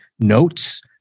notes